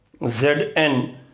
Zn